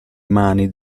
mani